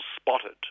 spotted